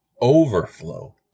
overflow